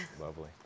lovely